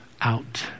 out